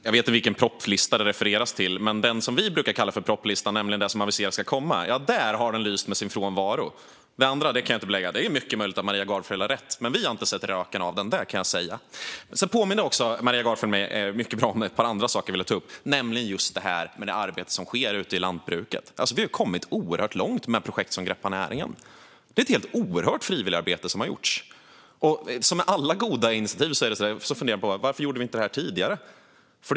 Herr talman! Jag vet inte vilken propositionslista det refereras till. Men i den som vi brukar kalla för propositionslistan, nämligen det som aviseras som kommande, har den lyst med sin frånvaro. Det andra kan jag inte belägga. Det är mycket möjligt att Maria Gardfjell har rätt, men vi har inte sett röken av den - det kan jag säga. Sedan påminde mig Maria Gardfjell - mycket bra - om en annan sak jag ville ta upp, nämligen just det arbete som sker ute i lantbruket. Vi har kommit oerhört långt med projekt som Greppa näringen. Det är ett helt oerhört frivilligarbete som har gjorts. Som med alla goda initiativ kan man fundera: Varför gjorde vi inte detta tidigare?